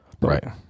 Right